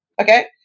Okay